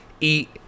eat